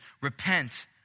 repent